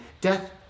Death